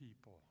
people